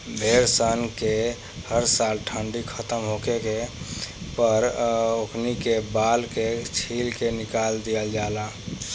भेड़ सन के हर साल ठंडी खतम होखे पर ओकनी के बाल के छील के निकाल दिहल जाला